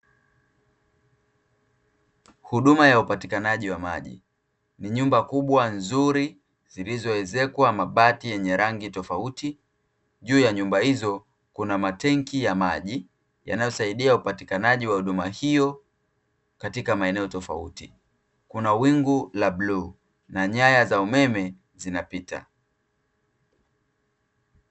Huduma ya upatikanaji wa maji. Ni nyumba kubwa nzuri zilizoezekwa mabati yenye rangi tofauti, juu ya nyumba hizo kuna matenki ya maji yanayosaidia upatikanaji wa huduma hiyo katika maeneo tofauti. Kuna wingu la bluu, na nyaya za umeme zinapita.